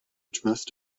trust